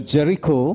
Jericho